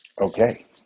Okay